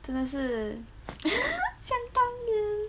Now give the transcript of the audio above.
真的是